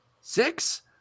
six